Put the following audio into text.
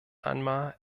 einmal